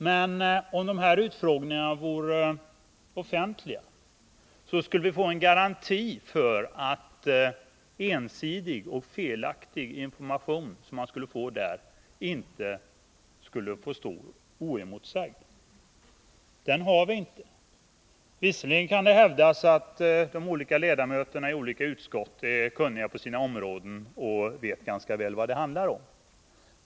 Men om de här utfrågningarna vore offentliga skulle vi få en garanti för att ensidig och felaktig information som ges där inte får stå oemotsagd. Den garantin har vi inte i dag. Visserligen kan det hävdas att de olika ledamöterna i utskotten är kunniga inom sina områden och ganska väl vet vad det handlar om.